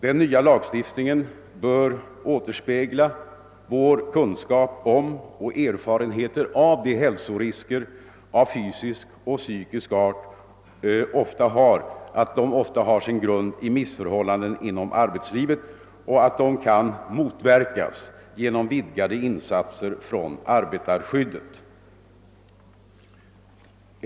Den nya lagstiftningen bör återspegla vår kunskap om och erfarenhet av att hälsorisker av fysisk och psykisk art ofta har sin grund i missförhållanden inom arbetslivet som kan motverkas genom vidgade insatser från arbetarskyddet.